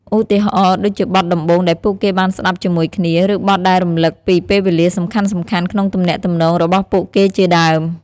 ឧទាហរណ៍ ដូចជាបទដំបូងដែលពួកគេបានស្តាប់ជាមួយគ្នា ឬបទដែលរំឭកពីពេលវេលាសំខាន់ៗក្នុងទំនាក់ទំនងរបស់ពួកគេជាដើម។